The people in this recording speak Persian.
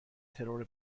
ترور